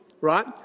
right